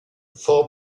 for